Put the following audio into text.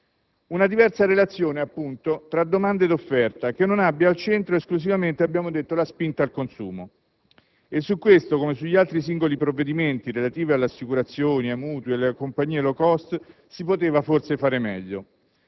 una diversa relazione tra domanda ed offerta che non abbia al centro esclusivamente la spinta al consumo. Su questo come sugli altri singoli provvedimenti relativi alle assicurazioni, ai mutui, alle compagnie *low cost*, si poteva forse fare meglio.